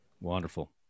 Wonderful